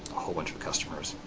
whole bunch of customers,